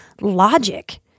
logic